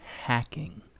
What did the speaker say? hacking